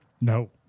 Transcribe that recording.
No